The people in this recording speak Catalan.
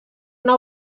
una